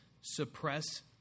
suppress